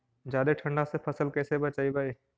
जादे ठंडा से फसल कैसे बचइबै?